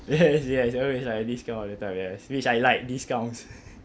yes yes it's always like discount all the time yes which I like discounts